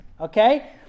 okay